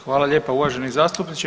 Hvala lijepa uvaženi zastupniče.